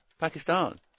Pakistan